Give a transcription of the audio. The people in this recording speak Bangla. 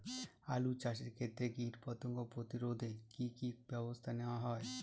আলু চাষের ক্ষত্রে কীটপতঙ্গ প্রতিরোধে কি কী ব্যবস্থা নেওয়া হয়?